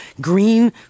green